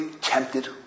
tempted